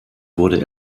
wurde